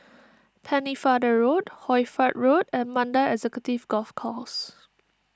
Pennefather Road Hoy Fatt Road and Mandai Executive Golf Course